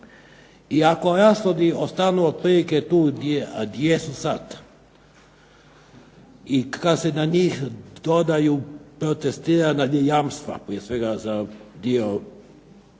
i ako rashodi ostanu otprilike tu gdje su sad, i kad se na njih dodaju protestirana jamstva, prije svega za dio